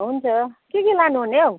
हुन्छ के के लानुहुने हौ